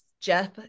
Jeff